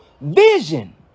vision